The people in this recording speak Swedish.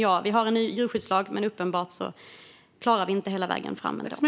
Ja, vi har en ny djurskyddslag, men uppenbarligen klarar vi det inte hela vägen fram i dag.